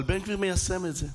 אבל בן גביר מיישם את זה,